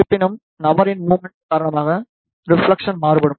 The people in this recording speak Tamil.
இருப்பினும் நபரின் முவ்மண்ட் காரணமாக ரெப்ளக்ஸன் மாறுபடும்